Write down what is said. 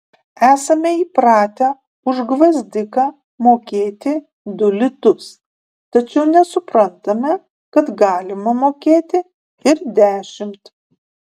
esame įpratę už gvazdiką mokėti du litus tačiau nesuprantame kad galima mokėti ir dešimt